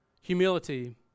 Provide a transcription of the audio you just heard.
Humility